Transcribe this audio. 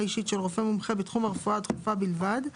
אישית של רופא מומחה בתחום הרפואה הדחופה בלבד,